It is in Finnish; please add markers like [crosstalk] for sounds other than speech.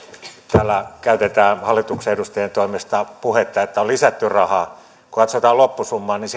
täällä on ollut hallituksen edustajien toimesta puhetta että on lisätty rahaa kun katsotaan loppusummaa niin [unintelligible]